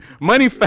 Money